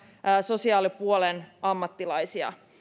sosiaalipuolen ammattilaisia